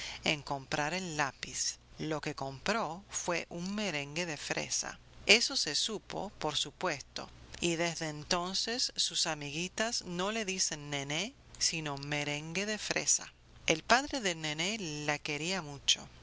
en comprar el lápiz lo que compró fue un merengue de fresa eso se supo por supuesto y desde entonces sus amiguitas no le dicen nené sino merengue de fresa el padre de nené la quería mucho